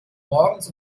morgens